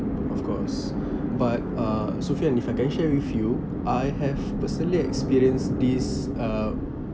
of course but uh sophian if I can share with you I have personally experienced this uh